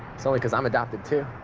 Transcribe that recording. so only cause i'm adopted too.